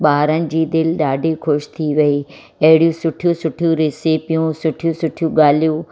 ॿारनि जी दिलि ॾाढी ख़ुशि थी वई अहिड़ी सुठी सुठी रेसिपियूं सुठी सुठी ॻाल्हियूं